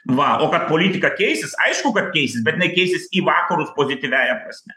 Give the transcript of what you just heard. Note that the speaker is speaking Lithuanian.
va o kad politika keisis aišku kad keisis bet jinai keisis į vakarus pozityviąja prasme